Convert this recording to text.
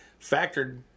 factored